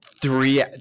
three